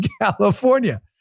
California